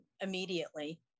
immediately